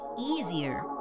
easier